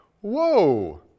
whoa